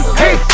hey